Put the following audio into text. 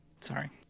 Sorry